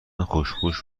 خوشپوش